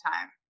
time